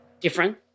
different